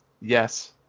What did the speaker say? yes